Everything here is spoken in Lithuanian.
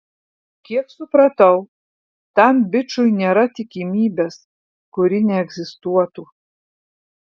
kiek supratau tam bičui nėra tikimybės kuri neegzistuotų